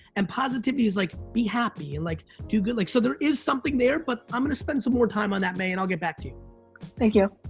and positivity is like, be happy, or and like do good. like so there is something there, but i'm gonna spend some more time on that, may, and i'll get back to you. thank you.